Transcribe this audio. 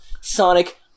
Sonic